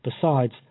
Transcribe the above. Besides